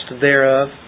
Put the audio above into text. thereof